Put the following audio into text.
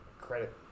credit